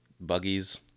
buggies